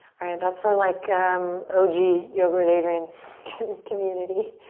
alright, that's for like um o g. yoga with adriene community.